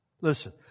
Listen